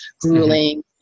grueling